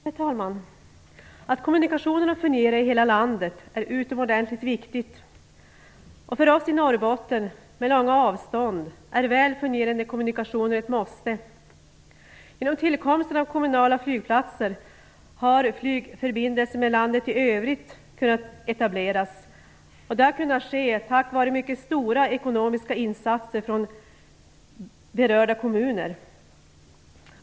Herr talman! Att kommunikationerna fungerar i hela landet är utomordentligt viktigt. För oss i Norrbotten, där avstånden är långa, är väl fungerande kommunikationer ett måste. Genom tillkomsten av kommunala flygplatser har flygförbindelser med landet i övrigt kunnat etableras. Detta har kunnat ske tack vare mycket stora ekonomiska insatser från berörda kommuner.